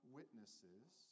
witnesses